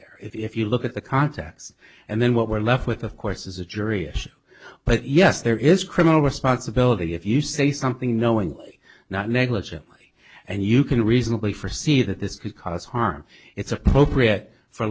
there if you look at the context and then what we're left with of course is a jury but yes there is criminal responsibility if you say something knowing not negligent and you can reasonably for see that this could cause harm it's appropriate for